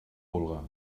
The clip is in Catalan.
vulga